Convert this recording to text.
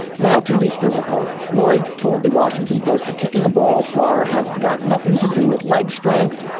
now to the physical. lloyd told the washington post that kicking a ball far has got nothing to do with leg strength.